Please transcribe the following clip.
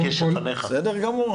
קודם כול,